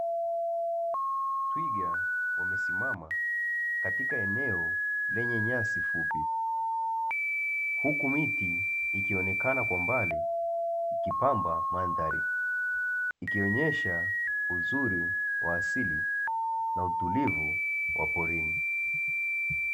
Twiga wamesimama katika eneo lenye nyasi fupi, huku miti ikionekana kwa mbali ikipamba madhari, ikionyesha uzuri wa asili na utulivu wa porini.